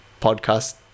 podcast